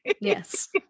Yes